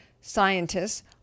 scientists